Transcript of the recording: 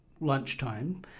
lunchtime